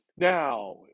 Now